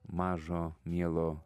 mažo mielo